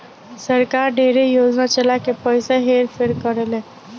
सरकार ढेरे योजना चला के पइसा हेर फेर करेले